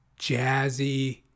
jazzy